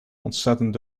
ontzettend